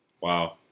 Wow